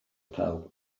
pawb